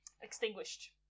extinguished